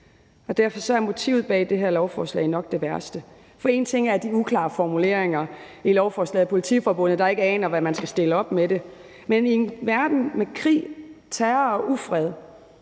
Derfor er motivet bag det her lovforslag nok det værste. For én ting er de uklare formuleringer i lovforslaget, og Politiforbundet, der ikke aner, hvad man skal stille op med det. Men i en verden med krig, terror og ufred